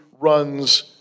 runs